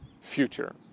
future